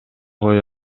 кое